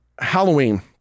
Halloween